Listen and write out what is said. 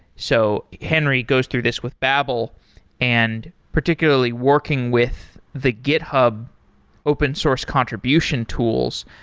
so henry goes through this with babel and particularly working with the github open source contribution tools,